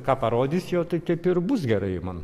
ką parodys jo tai kaip ir bus gerai man